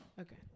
Okay